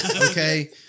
okay